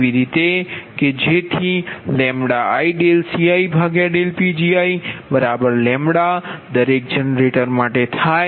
એવી રીતે કે જેથી LidCidPgiλ દરેક જનરેટર માટે થાય